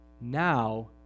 Now